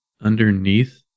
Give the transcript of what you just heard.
underneath